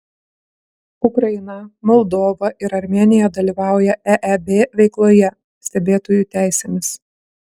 ukraina moldova ir armėnija dalyvauja eeb veikloje stebėtojų teisėmis